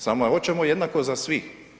Samo je hoćemo jednako za svih.